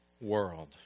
world